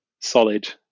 solid